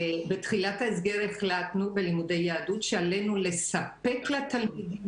בתחילת ההסגר החלטנו בלימודי יהדות שעלינו לספק לתלמידים